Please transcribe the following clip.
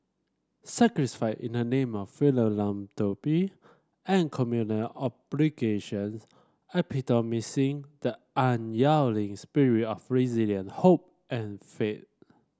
in the name of philanthropy and communal obligations epitomising the unyielding spirit of resilience hope and faith